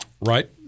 Right